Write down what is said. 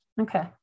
Okay